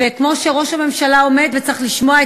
וכמו שראש הממשלה עומד וצריך לשמוע את